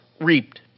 reaped